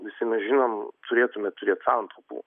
visi mes žinom turėtume turėt santaupų